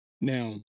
Now